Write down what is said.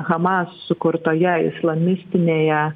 hamas sukurtoje islamistinėje